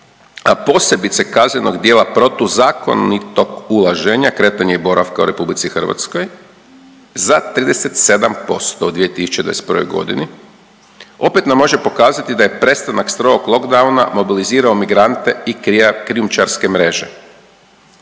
a posebice kaznenog djela protuzakonitog ulaženja, kretanja i boravka u RH za 37% u 2021. g., opet nam može pokazati da je prestanak strogog lockdowna mobilizirao migrante i krijumčarske mreže.